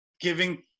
giving